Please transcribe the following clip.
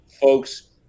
folks